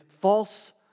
False